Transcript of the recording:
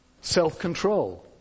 self-control